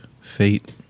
fate